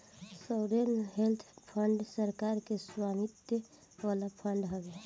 sovereign wealth fund सरकार के स्वामित्व वाला फंड हवे